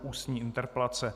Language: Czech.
Ústní interpelace